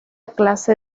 clase